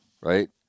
right